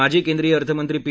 माजी केंद्रीय अर्थमंत्री पी